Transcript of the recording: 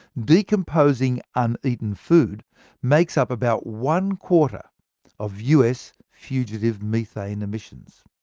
decomposing uneaten food makes up about one quarter of us fugitive methane emissions.